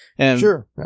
Sure